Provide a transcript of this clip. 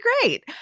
great